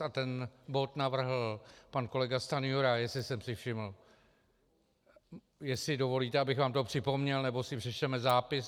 A ten bod navrhl pan kolega Stanjura, jestli jsem si všiml, jestli dovolíte, abych vám to připomněl, nebo si přečteme zápis.